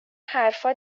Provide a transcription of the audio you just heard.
حرفا